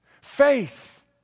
Faith